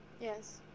yes